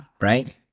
Right